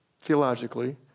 theologically